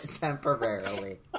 temporarily